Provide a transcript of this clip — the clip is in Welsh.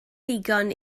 ddigon